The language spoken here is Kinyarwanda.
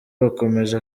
bakomeje